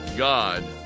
God